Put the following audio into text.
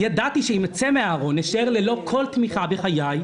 ידעתי שאם אצא מהארון אשאר ללא כל תמיכה בחיי,